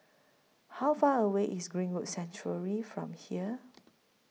How Far away IS Greenwood Sanctuary from here